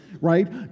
right